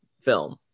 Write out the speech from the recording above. film